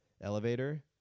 elevator